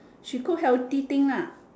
she cook healthy thing lah